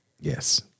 Yes